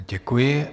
Děkuji.